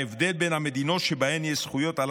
ההבדל בין המדינות שבהן יש זכויות על